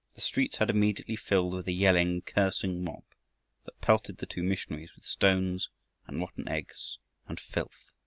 the streets had immediately filled with a yelling, cursing mob that pelted the two missionaries with stones and rotten eggs and filth,